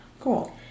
Cool